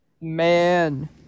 Man